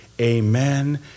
amen